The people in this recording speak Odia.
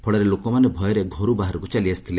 ଫଳରେ ଲୋକମାନେ ଭୟରେ ଘରୁ ବାହାରକୁ ଚାଲିଆସିଥିଲେ